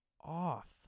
off